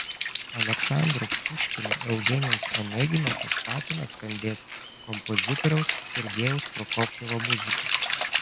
aleksandro puškino eugenijaus onegino pastatyme skambės kompozitoriaus sergejaus prokofjevo muzika